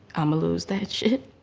i'm a lose that shit.